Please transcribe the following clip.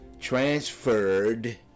Transferred